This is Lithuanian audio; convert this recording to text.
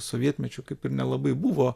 sovietmečiu kaip ir nelabai buvo